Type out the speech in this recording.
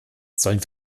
sollen